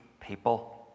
people